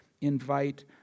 invite